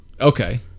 Okay